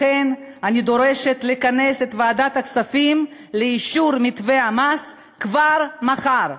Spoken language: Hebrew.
לכן אני דורשת לכנס את ועדת הכספים לאישור מתווה המס כבר מחר.